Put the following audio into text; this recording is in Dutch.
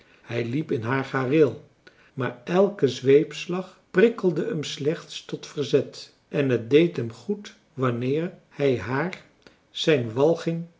hij liep in haar gareel maar elke zweepslag prikkelde hem slechts tot verzet en het deed hem goed wanneer hij haar zijn walging